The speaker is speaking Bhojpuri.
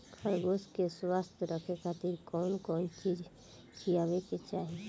खरगोश के स्वस्थ रखे खातिर कउन कउन चिज खिआवे के चाही?